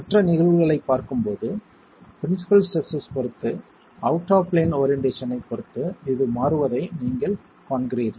மற்ற நிகழ்வுகளைப் பார்க்கும்போது பிரின்சிபல் ஸ்ட்ரெஸ்ஸஸ்ப் பொறுத்து அவுட் ஆப் பிளேன் ஓரியென்ட்டேஷனைப் பொறுத்து இது மாறுவதை நீங்கள் காண்கிறீர்கள்